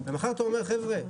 מחר אתה אומר: חבר'ה,